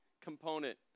component